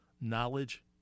knowledge